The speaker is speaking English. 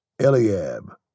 Eliab